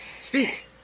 Speak